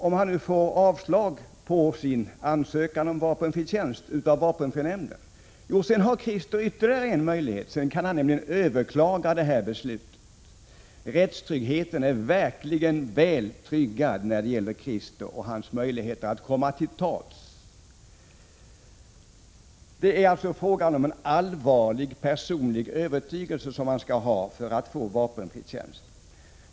Om Krister får avslag på sin ansökan om vapenfri tjänst har han ytterligare möjligheten att överklaga beslutet. Rättstryggheten är verkligen väl tryggad när det gäller Krister och hans möjligheter att komma till tals. Man skall ha en allvarlig personlig övertygelse för att få vapenfri tjänst.